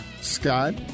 Scott